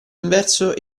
inverso